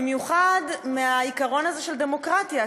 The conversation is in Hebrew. במיוחד מהעיקרון הזה של דמוקרטיה,